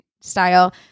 style